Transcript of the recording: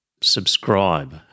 subscribe